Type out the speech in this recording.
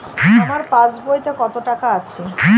আমার পাস বইতে কত টাকা আছে?